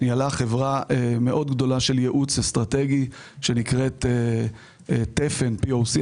היא ניהלה חברה גדולה מאוד של ייעוץ אסטרטגי שנקראת "תפן פי-או-סי",